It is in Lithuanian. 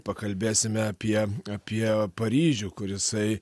pakalbėsime apie apie paryžių kur jisai